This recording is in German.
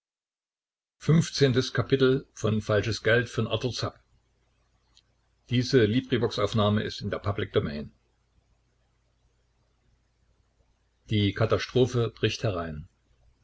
zärtlichkeit die katastrophe bricht herein